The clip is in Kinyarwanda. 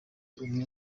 n’umwe